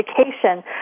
education